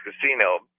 Casino